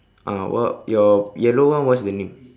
ah what your yellow one what's the name